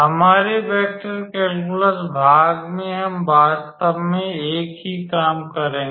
हमारे vector calculus भाग में हम वास्तव में एक ही काम करेंगे